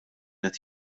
qed